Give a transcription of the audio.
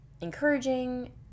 encouraging